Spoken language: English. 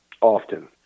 Often